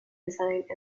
design